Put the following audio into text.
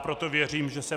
Proto věřím, že se